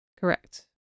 Correct